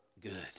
good